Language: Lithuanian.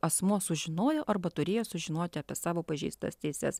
asmuo sužinojo arba turėjo sužinoti apie savo pažeistas teises